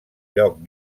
lloc